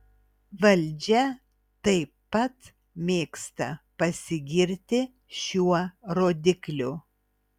valdžia taip pat mėgsta pasigirti šiuo rodikliu